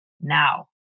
now